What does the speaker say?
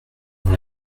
dans